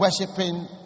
worshipping